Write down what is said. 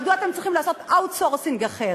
מדוע אתם צריכים לעשות outsourcing אחר?